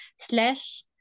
slash